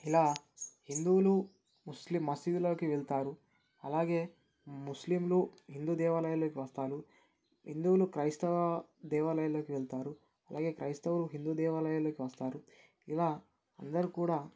ఇలా హిందువులు ముస్లిం మసీదులోకి వెళ్తారు అలాగే ముస్లింలు హిందూ దేవాలయాలలోకి వస్తారు హిందువులు క్రైస్తవ దేవాలయాలకు వెళ్తారు అలాగే క్రైస్తవులు హిందూ దేవాలయల్లోకి వస్తారు ఇలా అందరూ కూడా